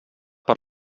per